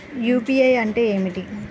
UPI అంటే ఏమిటీ?